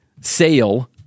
Sale